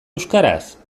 euskaraz